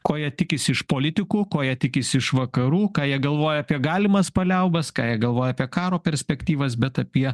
ko jie tikisi iš politikų ko jie tikisi iš vakarų ką jie galvoja apie galimas paliaubas ką jie galvoja apie karo perspektyvas bet apie